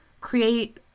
create